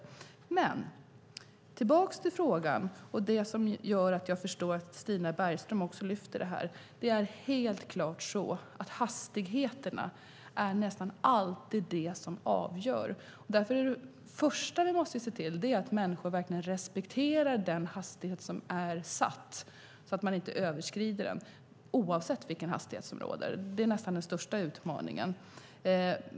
Jag går tillbaka till frågan och det som gör att jag förstår att Stina Bergström lyfter den. Det är helt klart så att hastigheterna nästan alltid är det som avgör. Det första som vi måste se till är att människor verkligen respekterar den hastighet som är satt så att man inte överskrider den oavsett vilken hastighet som råder. Det är nästan den största utmaningen.